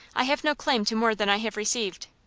i have no claim to more than i have received.